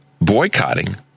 boycotting